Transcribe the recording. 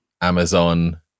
Amazon